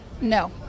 No